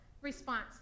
response